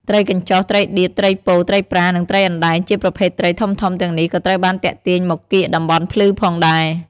ត្រីកញ្ចុះ ត្រីដៀប ត្រីពោ ត្រីប្រា និងត្រីអណ្តែង ជាប្រភេទត្រីធំៗទាំងនេះក៏ត្រូវបានទាក់ទាញមកកៀកតំបន់ភ្លឺផងដែរ។